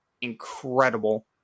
incredible